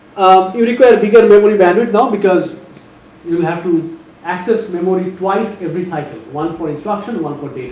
you require bigger memory bandwidth, now because you will have to access memory twice every cycle one for instruction one for